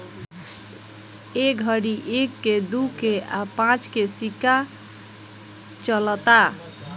ए घड़ी एक के, दू के आ पांच के सिक्का चलता